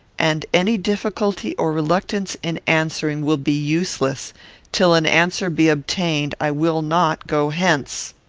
and any difficulty or reluctance in answering will be useless till an answer be obtained, i will not go hence.